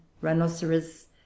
rhinoceros